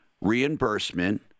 reimbursement